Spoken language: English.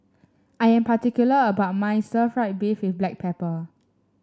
I am particular about my Stir Fried Beef with Black Pepper